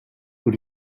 what